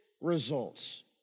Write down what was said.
results